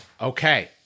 okay